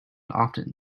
often